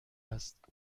است